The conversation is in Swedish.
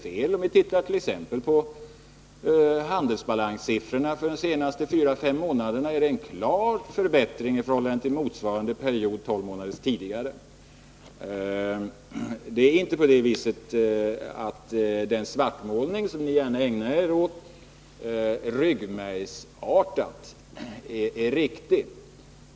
Ser vi t.ex. på handelsbalanssiffrorna för de senaste 4-5 månaderna, märker vi att det har blivit en klar förbättring, jämfört med motsvarande period 12 månader tidigare. Den svartmålning som ni ”ryggmärgsartat” gärna ägnar er åt är inte riktig.